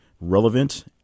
relevant